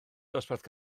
dosbarth